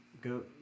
go